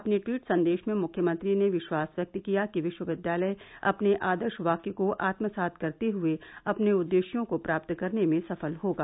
अपने टवीट संदेश में मुख्यमंत्री ने विश्वास व्यक्त किया कि विश्वविद्यालय अपने आदर्श वाक्य को आत्मसात करते हए अपने उददेश्यों को प्राप्त करने में सफल होगा